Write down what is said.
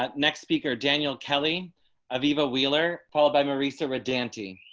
ah next speaker daniel kelly of eva wheeler paul by marisa identity.